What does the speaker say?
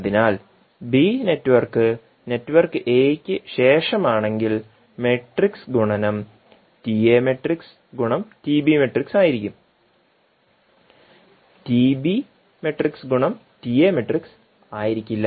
അതിനാൽ b network network എയ്ക്ക് ശേഷം ആണെങ്കിൽ മാട്രിക്സ് ഗുണനം ആയിരിക്കില്ല